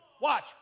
Watch